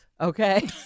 Okay